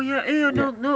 yea